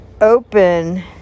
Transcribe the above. open